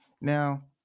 Now